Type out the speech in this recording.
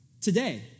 today